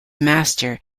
master